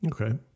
Okay